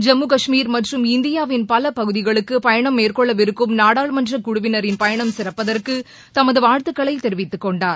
ஜம்மு கஷ்மீர் மற்றும் இந்தியாவின் பல பகுதிகளுக்கு பயணம் மேற்கொள்ளவிருக்கும் நாடாளுமன்றக்குழுவினரின் பயணம் சிறப்பதற்கு தமது வாழ்த்துக்களை தெரிவித்துக்கொண்டார்